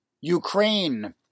Ukraine